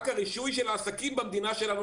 רק הרישוי של העסקים במדינה שלנו,